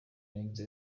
yagize